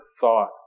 thought